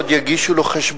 אני חושש שעוד יגישו לו חשבון.